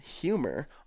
humor